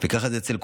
וככה זה אצל כולם.